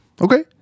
okay